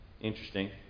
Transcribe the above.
Interesting